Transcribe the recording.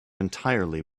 entirely